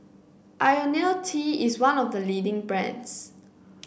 IoniL T is one of the leading brands